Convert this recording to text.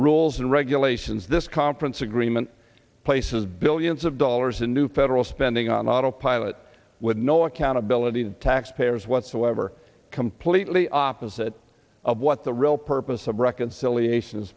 rules and regulations this conference agreement places billions of dollars in new federal spending on autopilot with no accountability to taxpayers whatsoever completely opposite of what the real purpose of reconciliation